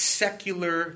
secular